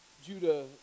Judah